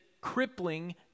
crippling